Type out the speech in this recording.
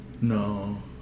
No